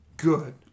good